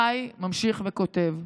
חי המשיך וכתב: